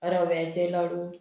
रव्याचे लाडू